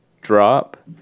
drop